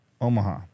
omaha